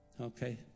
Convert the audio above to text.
Okay